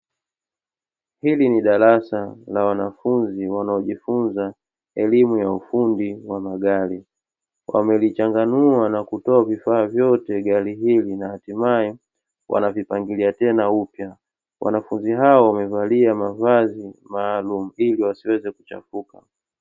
Hili ni darasa la wanafunzi wanaojifunza elimu ya ufundi wa magari, wamelichanganua na kutoa vifaa vyote vya gari hili, na hatimaye wanavipangilia tena upya. Wanafunzi hao wamevalia mavazi maalumu, ili wasiweze kuchafuka.